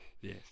Yes